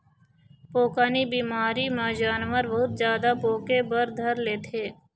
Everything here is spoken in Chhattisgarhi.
पोकनी बिमारी म जानवर बहुत जादा पोके बर धर लेथे